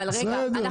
אבל רגע,